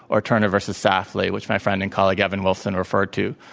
or turner v. safley, which my friend and colleague evan wolfson referred to,